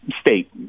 state